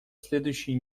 следующей